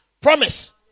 promise